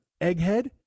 Egghead